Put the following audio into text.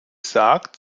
sagt